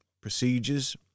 procedures